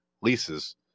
leases